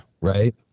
Right